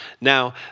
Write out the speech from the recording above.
Now